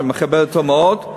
שאני מכבד אותו מאוד,